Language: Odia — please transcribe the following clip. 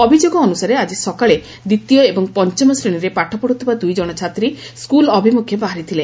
ଅଭିଯୋଗ ଅନୁସାରେ ଆକି ସକାଳେ ଦିତୀୟ ଏବଂ ପଞ୍ଚମ ଶ୍ରେଶୀରେ ପାଠପତୁଥିବା ଦୁଇଜଣ ଛାତ୍ରୀ ସ୍କୁଲ୍ ଅଭିମୁଖେ ବାହାରିଥିଲେ